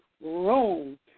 room